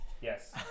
Yes